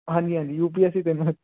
ਹਾਂਜੀ ਹਾਂਜੀ U P S C ਤਿੰਨ ਵਾਰ